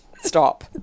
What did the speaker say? stop